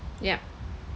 yup